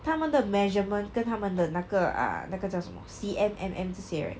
他们的 measurement 跟他们的那个 err 那个叫什么 C_M M_M 这些 right